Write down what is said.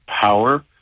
power